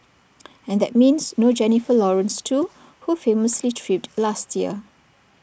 and that means no Jennifer Lawrence too who famously tripped last year